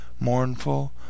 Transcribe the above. mournful